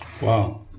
Wow